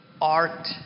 art